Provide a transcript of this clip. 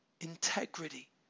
integrity